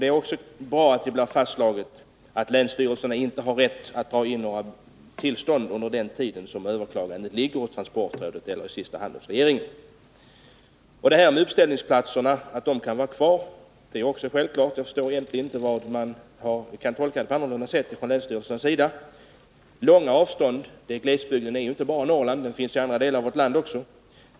Det är också bra att det blir fastslaget att länsstyrelserna inte har rätt att dra in några tillstånd så länge ett överklagande handläggs av transportrådet eller i sista hand av regeringen. Att uppställningsplatserna skall vara kvar är också självklart. Jag förstår egentligen inte hur man kan göra en annorlunda tolkning från länsstyrelsernas sida. I fråga om långa avstånd vill jag säga att glesbygder finns inte bara i Norrland, utan också i andra delar av vårt land.